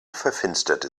verfinsterte